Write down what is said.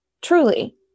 Truly